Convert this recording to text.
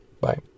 Bye